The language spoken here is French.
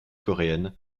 coréenne